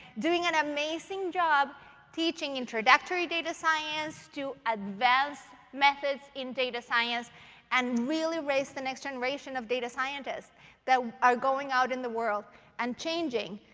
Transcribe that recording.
doing an amazing job teaching introductory data science to advanced methods in data science and really raise the next generation of data scientists that are going out in the world and changing,